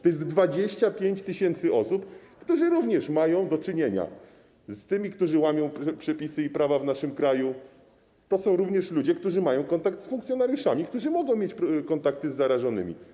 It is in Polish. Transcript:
To jest 25 tys. osób, które również mają do czynienia z tymi, którzy łamią przepisy i prawa w naszym kraju, to są również ludzie, którzy mają kontakt z funkcjonariuszami, którzy mogą mieć kontakty z zarażonymi.